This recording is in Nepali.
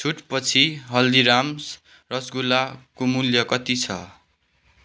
छुट पछि हल्दीराम्स रसगुल्लाको मूल्य कति छ